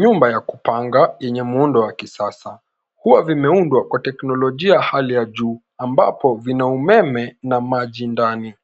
Nyumba ya kupanga yenye muundo wa kisasa huwa vimeundwa kwa teknolojia ya hali ya juu ambapo vina umeme na maji ndani.